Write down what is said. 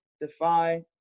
defy